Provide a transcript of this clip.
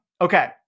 Okay